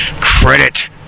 credit